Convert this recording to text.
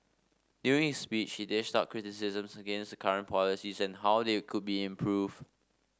during his speech he dished out criticisms against the current policies and how they could be improved